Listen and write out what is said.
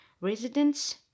residents